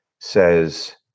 Says